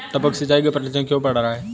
टपक सिंचाई का प्रचलन क्यों बढ़ रहा है?